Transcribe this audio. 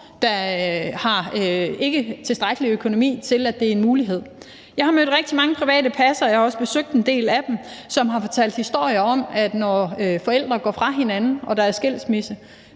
der ikke har tilstrækkelig økonomi til, at det er en mulighed. Jeg har mødt rigtig mange private passere, og jeg har også besøgt en del af dem, som har fortalt historien om, at når forældre går fra hinanden eller bliver